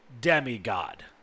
demigod